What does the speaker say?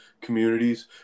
communities